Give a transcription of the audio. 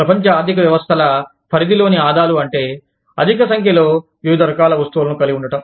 ప్రపంచ ఆర్థిక వ్యవస్థల పరిధి లోని ఆదాలు అంటే అధిక సంఖ్యలో వివిధ రకాల వస్తువులను కలిగి ఉండటం